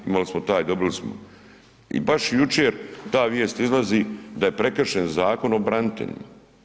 Imali smo taj dobili smo i baš jučer ta vijest izlazi da je prekršen Zakon o braniteljima.